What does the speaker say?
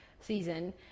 season